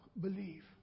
believe